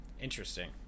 interesting